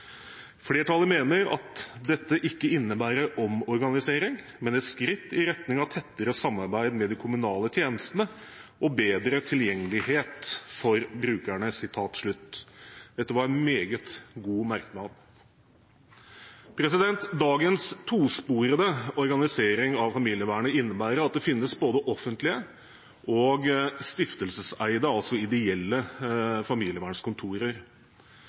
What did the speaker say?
Flertallet mener at dette ikke innebærer omorganisering, men et skritt i retning av tettere samarbeid med de kommunale tjenestene, og bedre tilgjengelighet for brukerne.» Dette er en meget god merknad. Dagens tosporede organisering av familievernet innebærer at det finnes både offentlige og stiftelseseide, altså ideelle,